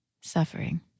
suffering